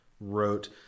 wrote